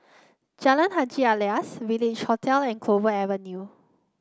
Jalan Haji Alias Village Hotel and Clover Avenue